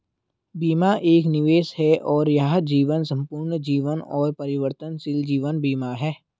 बीमा एक निवेश है और यह जीवन, संपूर्ण जीवन और परिवर्तनशील जीवन बीमा है